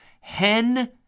hen